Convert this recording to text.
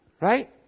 right